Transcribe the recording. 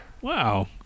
Wow